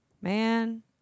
Man